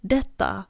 Detta